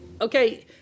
Okay